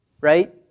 right